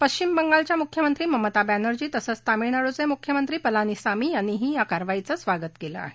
पश्चिम बंगालच्या मुख्यमंत्री ममता बर्स्तिी तसंच तामिळनाडूचे मुख्यमंत्री पलानीसामी यांनीही या कारवाईचं स्वागत केलं आहे